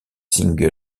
single